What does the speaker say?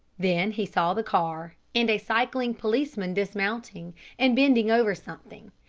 then he saw the car, and a cycling policeman dismounting and bending over something.